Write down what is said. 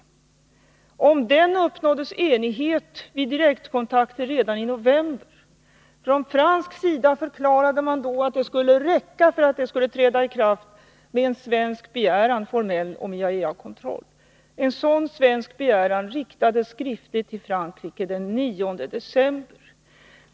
Om den uppnåddes enighet vid direktkontakter redan i november. Från fransk sida förklarade man då att det skulle räcka med en formell begäran om IAEA-kontroll för att denna överenskommelse skulle träda i kraft. En sådan svensk begäran riktades skriftligen till Frankrike den 9 december.